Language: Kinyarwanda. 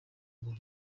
ubu